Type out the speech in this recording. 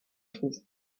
trouve